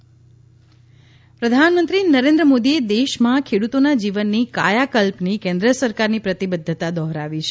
પ્રધાનમંત્રી કિસાન પ્રધાનમંત્રી નરેન્દ્ર મોદીએ દેશમાં ખેડૂતોના જીવનની કાયાકલ્પની કેન્દ્ર સરકારની પ્રતિબદ્વતા દોહરાવી છે